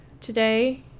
today